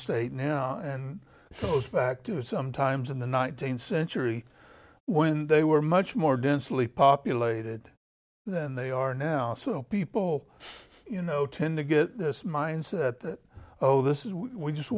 state now and so it's back to sometimes in the nineteenth century when they were much more densely populated than they are now so people you know tend to get this mindset that oh this is we just